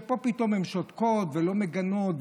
פתאום פה הן שותקות ולא מגינות,